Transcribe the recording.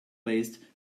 based